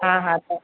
हा हा